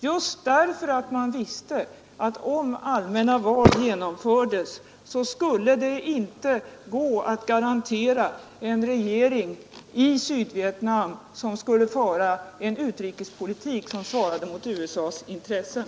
Man visste nämligen att om allmänna val genomfördes skulle det inte gå att garantera en regering i Sydvietnam som skulle föra en utrikespolitik som svarade mot USA:s intressen.